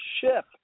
ship